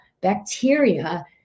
bacteria